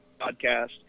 podcast